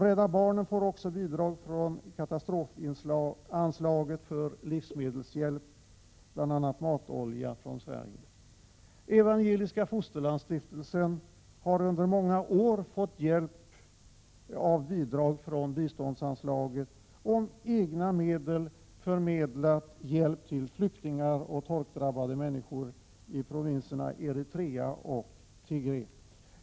Rädda barnen får också bidrag från katastrofanslaget för livsmedelshjälp, bl.a. matolja från Sverige. Evangeliska fosterlandsstiftelsen har under många år genom bidrag från biståndsanslaget och med egna medel förmedlat hjälp till flyktingar och till människor som drabbats av torka i provinserna Eritrea och Tigre.